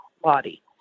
body